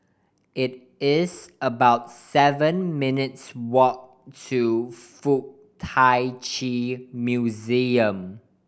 it is about seven minutes' walk to Fuk Tak Chi Museum